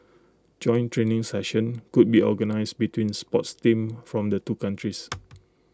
joint training sessions could be organised between sports teams from the two countries